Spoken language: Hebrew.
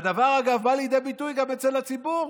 והדבר, אגב, בא לידי ביטוי גם אצל הציבור.